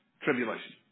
tribulation